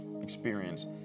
experience